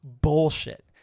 bullshit